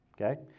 okay